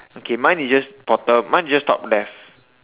okay mine is just bottom mine is just top left